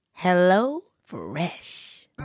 HelloFresh